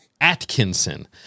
Atkinson